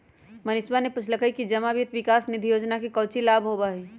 मनीषवा ने पूछल कई कि जमा वित्त विकास निधि योजना से काउची लाभ होबा हई?